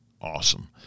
awesome